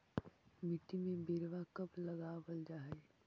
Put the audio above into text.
मिट्टी में बिरवा कब लगावल जा हई?